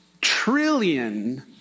trillion